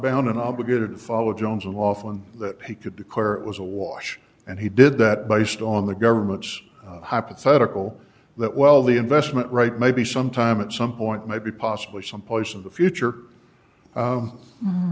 bound and obligated to follow jones and often that he could declare it was a wash and he did that based on the government's hypothetical that well the investment right maybe some time at some point maybe possibly some place of the future